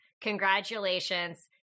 Congratulations